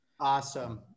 Awesome